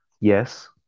Yes